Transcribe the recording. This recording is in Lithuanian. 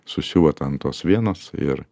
susiuvo ten tos venos ir